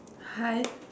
hi